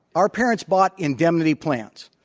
our parents bought indemnity plans,